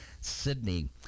Sydney